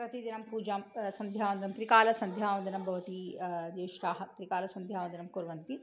प्रतिदिनं पूजां सन्ध्यावन्दनं त्रिकालसन्ध्यावन्दनं भवति ज्येष्ठाः त्रिकालसन्ध्यावन्दनं कुर्वन्ति